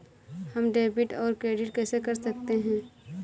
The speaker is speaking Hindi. हम डेबिटऔर क्रेडिट कैसे कर सकते हैं?